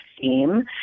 theme